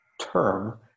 term